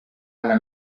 alla